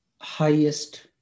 highest